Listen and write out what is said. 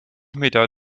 meter